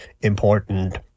important